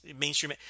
mainstream